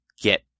get